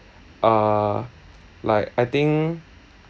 uh like I think